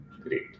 great